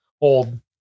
old